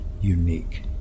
unique